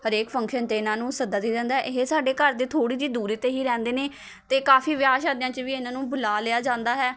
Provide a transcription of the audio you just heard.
ਹਰੇਕ ਫੰਕਸ਼ਨ 'ਤੇ ਇਨ੍ਹਾਂ ਨੂੰ ਸੱਦਾ ਦੇ ਦਿੱਤਾ ਜਾਂਦਾ ਇਹ ਸਾਡੇ ਘਰ ਦੇ ਥੋੜ੍ਹੀ ਜਿਹੀ ਦੂਰੀ 'ਤੇ ਹੀ ਰਹਿੰਦੇ ਨੇ ਅਤੇ ਕਾਫ਼ੀ ਵਿਆਹ ਸ਼ਾਦੀਆਂ 'ਚ ਵੀ ਇਨ੍ਹਾਂ ਨੂੰ ਬੁਲਾ ਲਿਆ ਜਾਂਦਾ ਹੈ